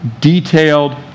detailed